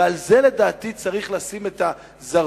ועל זה, לדעתי, צריך לשים את הזרקור.